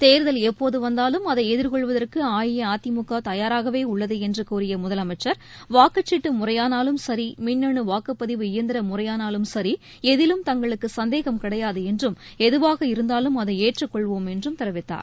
தேர்தல் எப்போது வந்தாலும் அதை எதிர்கொள்வதற்கு அஇஅதிமுக தயாராகவே உள்ளது என்று கூறிய முதலமைச்சர் வாக்குச்சீட்டு முறையானலும் சரி மின்னனு வாக்குப்பதிவு இயந்திர முறையானாலும் சரி எதிலும் தங்களுக்கு சந்தேகம் கிடையாது என்றும் எதுவாக இருந்தாலும் அதை ஏற்றுக்கொள்வோம் என்றும் தெரிவித்தார்